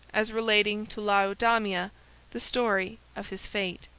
as relating to laodamia the story of his fate